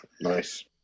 nice